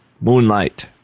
moonlight